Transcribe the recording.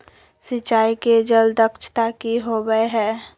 सिंचाई के जल दक्षता कि होवय हैय?